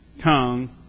tongue